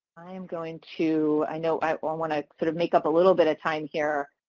i am going to i know i want want to sort of make up a little bit of time here,